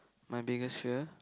my biggest fear